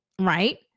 right